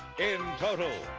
in total,